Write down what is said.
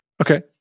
Okay